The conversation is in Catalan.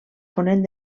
ponent